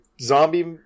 zombie